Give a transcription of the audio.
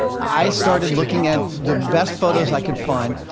i started looking at the best photos i could find.